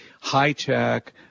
high-tech